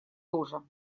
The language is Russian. тоже